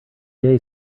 day